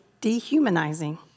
dehumanizing